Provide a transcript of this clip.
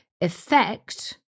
Effect